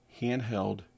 handheld